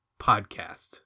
podcast